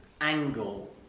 angle